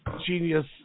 genius